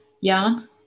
yarn